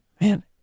Man